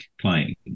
playing